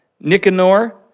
Nicanor